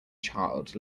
child